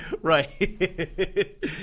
Right